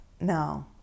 no